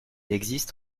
existe